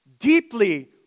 Deeply